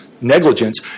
negligence